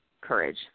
courage